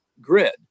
grid